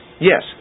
yes